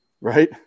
Right